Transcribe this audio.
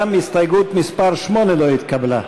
גם הסתייגות מס' 8 לא התקבלה.